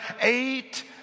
Eight